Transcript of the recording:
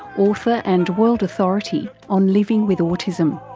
author and world authority on living with autism.